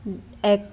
ਇੱਕ